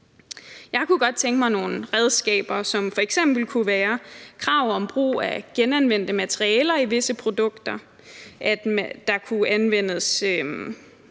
Jeg kunne godt tænke mig nogle redskaber, som f.eks. kunne være krav om brug af genanvendte materialer i visse produkter, at der kunne anvendes